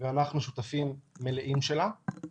ואנחנו שותפים מלאים שלה.